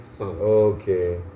Okay